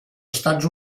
estats